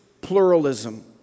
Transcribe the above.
pluralism